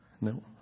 No